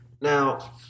Now